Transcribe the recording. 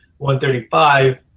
1.35